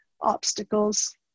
obstacles